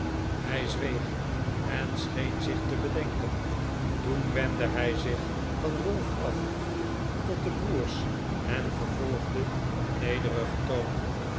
hij zweeg en scheen zich te bedenken toen wendde hij zich van ralph af tot de broers en vervolgde op een nederigen toon